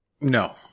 No